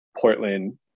Portland